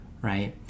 Right